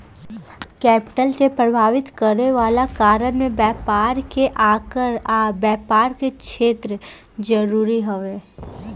capital के प्रभावित करे वाला कारण में व्यापार के आकार आ व्यापार के क्षेत्र जरूरी हवे